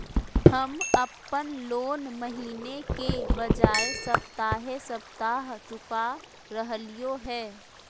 हम अप्पन लोन महीने के बजाय सप्ताहे सप्ताह चुका रहलिओ हें